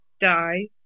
die